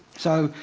so,